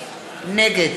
נגד